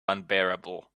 unbearable